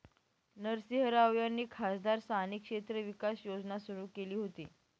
नरसिंह राव यांनी खासदार स्थानिक क्षेत्र विकास योजना सुरू केली होती